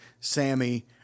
Sammy